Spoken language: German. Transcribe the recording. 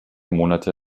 monate